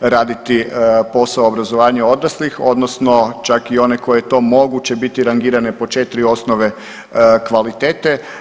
raditi posao obrazovanja odraslih odnosno čak i one koje to mogu će bit rangirane po 4 osnove kvalitete.